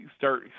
Start